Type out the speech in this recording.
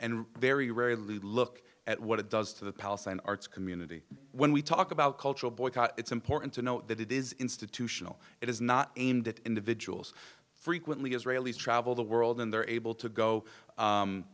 and very rarely look at what it does to the palace and arts community when we talk about cultural boycott it's important to note that it is institutional it is not aimed at individuals frequently israelis travel the world and they're able to go